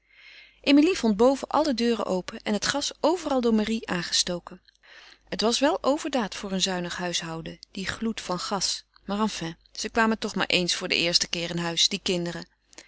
emilie vond boven alle deuren open en het gas overal door marie aangestoken het was wel overdaad voor een zuinig huishouden die gloed van gas maar enfin ze kwamen toch maar eens voor den eersten keer in huis die kinderen